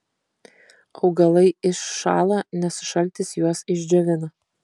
augalai iššąla nes šaltis juos išdžiovina